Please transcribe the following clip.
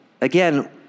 again